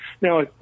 Now